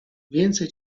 więcej